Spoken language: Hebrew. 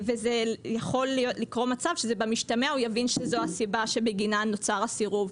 ויכול לקרות מצב שבמשתמע הוא יבין שזו הסיבה שבגינה נוצר הסירוב.